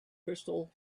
crystal